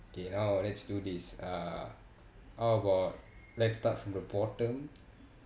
ya let's do this uh how about let's start from the bottom